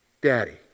Daddy